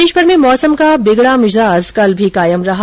प्रदेशभर में मौसम का बिगडा मिजाज कल भी कायम रहा